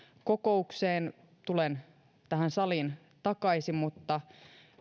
kokoukseen tulen tähän saliin takaisin mutta